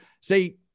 say